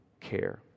care